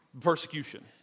persecution